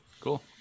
cool